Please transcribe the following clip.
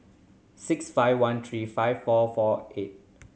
six five one three five four four eight